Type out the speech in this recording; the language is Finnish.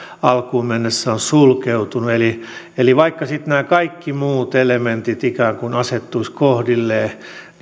alkuun mennessä on sulkeutunut eli eli vaikka nämä kaikki muut elementit asettuisivat kohdilleen